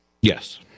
Yes